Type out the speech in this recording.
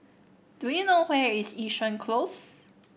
do you know where is Yishun Close